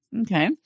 Okay